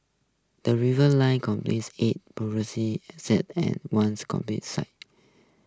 the Reserve List comprises eight private residential sites and one commercial site